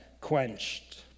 quenched